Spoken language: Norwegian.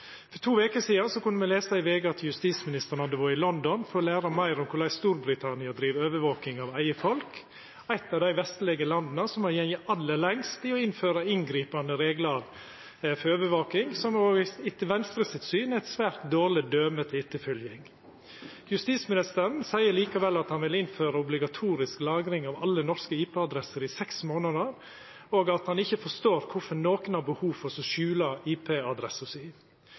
For to veker sidan kunne me lesa i VG at justisministeren hadde vore i London for å læra meir om korleis Storbritannia driv overvaking av eige folk – eit av dei vestlege landa som har gått aller lengst i å innføra inngripande reglar for overvaking, og som etter Venstre sitt syn er eit svært dårleg døme til etterfølging. Justisministeren seier likevel at han vil innføra obligatorisk lagring av alle norske IP-adresser i seks månader, og at han ikkje forstår kvifor nokon har behov for å skjula IP-adressa si.